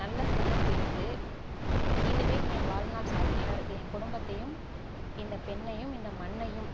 நல்ல சேமிப்பு இருக்கு இதுவே என் வாழ்நாள் சாதனையாக இருக்கு என் குடும்பத்தையும் இந்த பெண்ணையும் இந்த மண்ணையும்